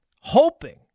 hoping